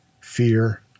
fear